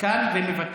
כאן ומוותר.